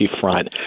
front